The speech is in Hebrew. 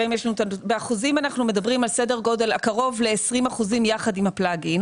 באחוזים אנחנו מדברים על סדר גודל הקרוב ל-20% יחד עם הפלגים.